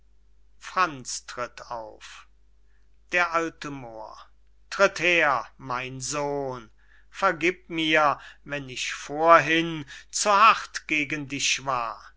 franz tritt auf d a moor tritt her mein sohn vergib mir wenn ich vorhin zu hart gegen dich war